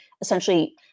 essentially